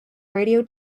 radio